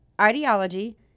ideology